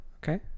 Okay